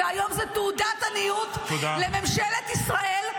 והיום זאת תעודת עניות לממשלת ישראל,